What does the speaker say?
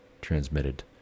transmitted